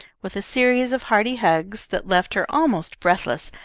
with a series of hearty hugs that left her almost breathless,